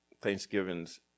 Thanksgivings